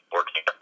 working